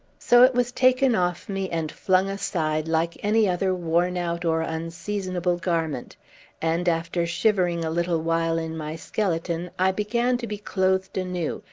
so it was taken off me and flung aside, like any other worn-out or unseasonable garment and, after shivering a little while in my skeleton, i began to be clothed anew,